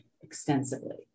extensively